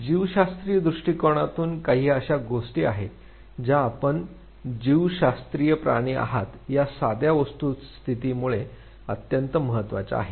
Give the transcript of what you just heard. जीवशास्त्रीय दृष्टिकोनातून काही अशा गोष्टी आहेत ज्या आपण जीवशास्त्रीय प्राणी आहात या साध्या वस्तुस्थितीमुळे अत्यंत महत्वाच्या आहेत